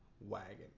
wagon